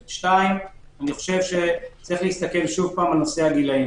שתיים, יש להסתכל שוב על נושא הגילאים